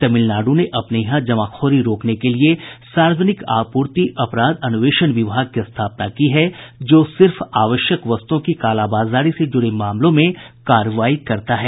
तमिलनाडु ने अपने यहां जमाखोरी रोकने के लिए सार्वजनिक आपूर्ति अपराध अन्वेषण विभाग की स्थापना की है जो सिर्फ आवश्यक वस्तुओं की कालाबाजारी से जुड़े मामलों में कार्रवाई करता है